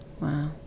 wow